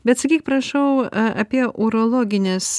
bet sakyk prašau apie urologines